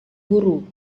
guru